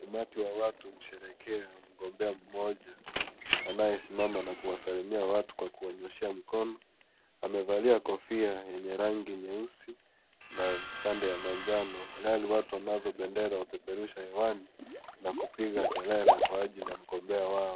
Umati wa watu husherehekea mgombea mmoja, anayesimama na kuwasalamia watu kwa kuwanyoshea mkono. Amevalia kofia yenye rangi nyeusi na vipande ya manjano. Nao watu wanazo bendera wanapeperusha hewani na kupiga kelele kwa ajili ya mgombea wao.